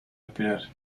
respirar